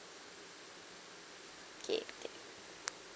K tha~